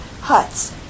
huts